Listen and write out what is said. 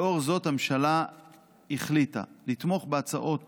לאור זאת הממשלה החליטה לתמוך בהצעות